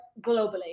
globally